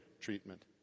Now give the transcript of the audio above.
treatment